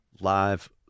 live